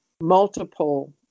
multiple